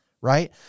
right